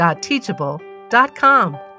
teachable.com